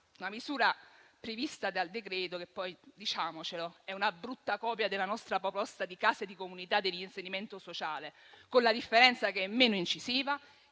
La misura prevista dal decreto è poi una brutta copia della nostra proposta di case di comunità per l'inserimento sociale, con la differenza che è una misura